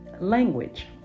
language